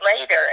later